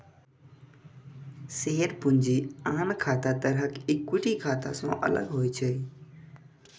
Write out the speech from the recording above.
share पूंजी आन तरहक इक्विटी खाता सं अलग होइ छै